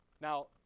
Now